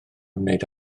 wneud